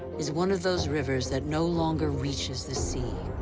is one of those rivers that no longer reaches the sea.